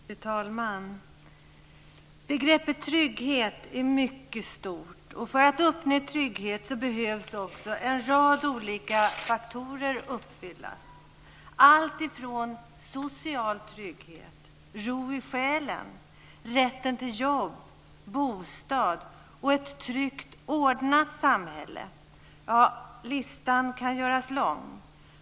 Fru talman! Begreppet trygghet är mycket stort, och för att uppnå trygghet behöver också en rad olika faktorer uppfyllas. Social trygghet, ro i själen, rätten till jobb och bostad och ett tryggt, ordnat samhälle - listan kan göras lång.